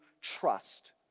trust